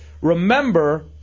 Remember